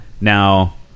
Now